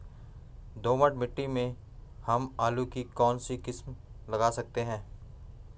दोमट मिट्टी में हम आलू की कौन सी किस्म लगा सकते हैं?